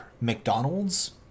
McDonald's